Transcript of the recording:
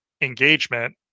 engagement